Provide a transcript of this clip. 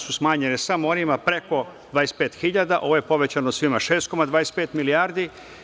Smanjene su samo onima preko 25.000, a ovo je povećano svima 6,25 milijardi.